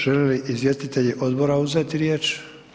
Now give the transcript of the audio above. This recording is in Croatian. Želi li izvjestitelji odbora uzeti riječ?